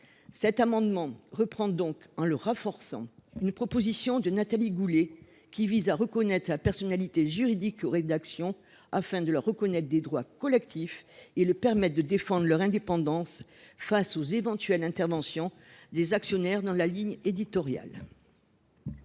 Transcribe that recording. cet amendement vise à reprendre, en la renforçant, une proposition de Nathalie Goulet : accorder la personnalité juridique aux rédactions, afin de leur reconnaître des droits collectifs, et leur permettre de défendre leur indépendance face à d’éventuelles interventions d’actionnaires dans la ligne éditoriale.